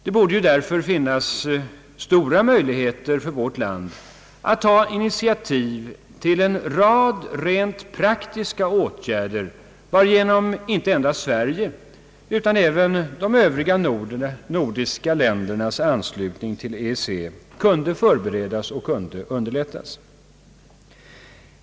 Det borde därför finnas stora möjligheter för vårt land att ta initiativ till en rad rent praktiska åtgärder, varigenom inte endast Sveriges utan även de övriga nordiska ländernas anslutning till EEC kunde förberedas och underlättas.